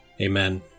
Amen